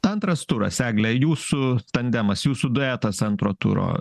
antras turas egle jūsų tandemas jūsų duetas antro turo